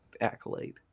accolade